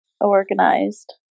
organized